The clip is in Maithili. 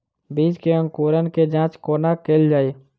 बीज केँ अंकुरण केँ जाँच कोना केल जाइ?